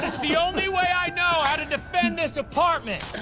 the only way i know how to defend this apartment.